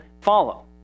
follow